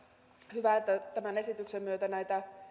hyvä että tämän esityksen myötä näitä